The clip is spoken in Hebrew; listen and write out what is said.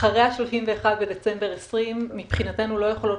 אחרי ה-31 בדצמבר 2020 מבחינתנו לא יכולות